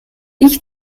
ich